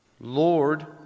Lord